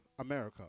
America